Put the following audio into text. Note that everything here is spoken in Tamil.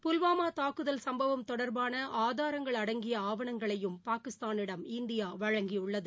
புல்வாமாதாக்குதல் சும்பவம் தொடர்பானஆதாரங்கள் அடங்கியஆவணங்களையும் பாகிஸ்தானிடம் இந்தியாவழங்கியுள்ளது